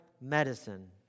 medicine